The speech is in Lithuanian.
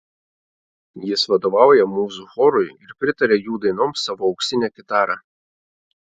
jis vadovauja mūzų chorui ir pritaria jų dainoms savo auksine kitara